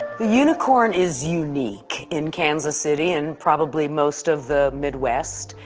the unicorn is unique in kansas city and probably most of the midwest.